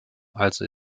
also